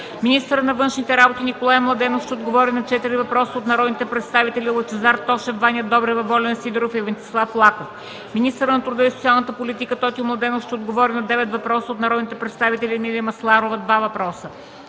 Министърът на външните работи Николай Младенов ще отговори на четири въпроса от народните представители Лъчезар Тошев, Ваня Добрева, Волен Сидеров, и Венцислав Лаков. 3. Министърът на труда и социалната политика Тотю Младенов ще отговори на девет въпроса от народните представители Емилия Масларова